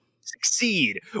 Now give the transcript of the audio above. succeed